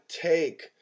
take